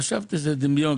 חשבתי שזה דמיון,